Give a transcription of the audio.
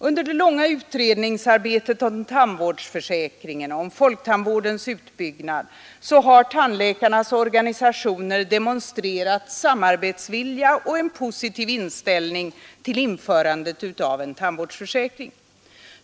Under det långa utredningsarbetet om tandvårdsförsäkringen och folktandvårdens utbyggnad har tandläkarnas organisationer demonstrerat samarbetsvilja och en positiv inställning till införandet av en tandvårdsförsäkring.